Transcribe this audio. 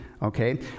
Okay